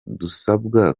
dusabwa